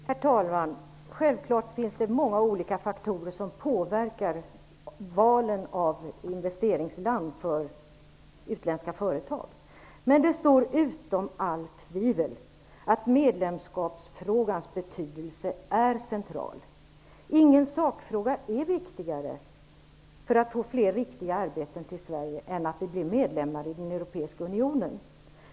Herr talman! Självklart finns det många olika faktorer som påverkar valet av investeringsland för utländska företag. Men det står utom allt tvivel att medlemskapsfrågans betydelse är central. Ingen sakfråga är viktigare när det gäller att få fler riktiga arbeten till Sverige än att vi blir medlemmar i den europeiska unionen.